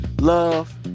love